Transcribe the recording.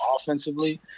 offensively